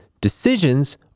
Decisions